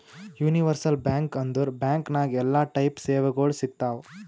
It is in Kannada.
ಯೂನಿವರ್ಸಲ್ ಬ್ಯಾಂಕ್ ಅಂದುರ್ ಬ್ಯಾಂಕ್ ನಾಗ್ ಎಲ್ಲಾ ಟೈಪ್ ಸೇವೆಗೊಳ್ ಸಿಗ್ತಾವ್